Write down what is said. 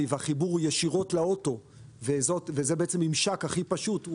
והחיבור הוא ישירות לאוטו וזה בעצם ממשק הכי פשוט,